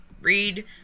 Read